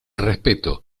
respeto